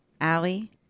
Allie